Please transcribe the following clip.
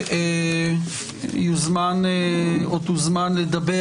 מי שיוזמן או תוזמן לדבר,